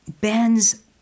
bends